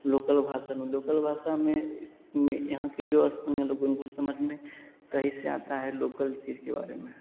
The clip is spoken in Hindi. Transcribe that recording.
लोकल भाषा में लोकल भाषा में में यहाँ की जो स्थानीय लोगों को समझ में सही से आती है लोकल चीज़ के बारे में